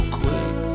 quick